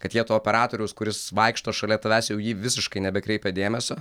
kad jie to operatoriaus kuris vaikšto šalia tavęs jau į jį visiškai nebekreipia dėmesio